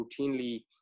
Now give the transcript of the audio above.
routinely